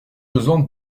besoin